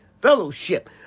fellowship